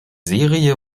serie